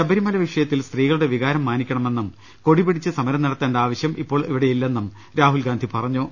ശബരിമല വിഷയത്തിൽ സ്ത്രീകളുടെ വികാരം മാനിക്കണമെന്നും കൊടി പിടിച്ച് സമരം നടത്തേണ്ട ആവശ്യം ഇപ്പോൾ ഇവിടെ ഇല്ലെന്നും രാഹുൽഗാന്ധി പറഞ്ഞു